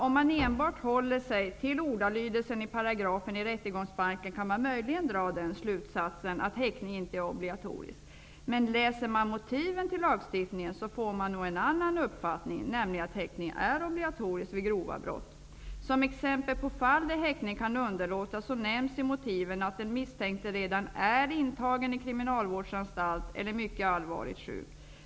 Om man enbart håller sig till ordalydelsen i paragrafen i rättegångsbalken, kan man möjligen dra slutsatsen att häktning inte är obligatorisk. Men läser man motiven till lagstiftningen får man nog en annan uppfattning, nämligen att häktning är obligatorisk vid grova brott. I motiven nämns såsom exempel på fall där häktning kan underlåtas att den misstänkte redan är intagen i kriminalvårdsanstalt eller är mycket allvarligt sjuk.